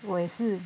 我也是